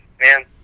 man